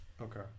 Okay